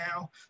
now